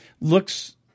looks